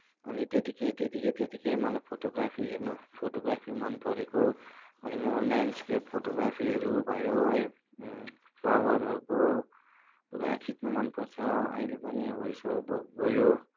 अनि त्यतिकै त्यतिकै त्यतिकै मलाई फोटोग्राफी हेर्नु फोटोग्राफी मनपरेको हो अनि म ल्यान्ड्स्केप फोटोग्राफीहरू भयो है फ्लावरहरूको पुरा खिच्नु मनपर्छ अहिले पनि अब यसो गो गयो